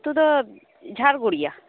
ᱟᱹᱛᱩ ᱫᱚ ᱡᱷᱟᱲᱜᱳᱲᱤᱭᱟ